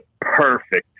perfect